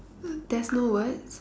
there's no words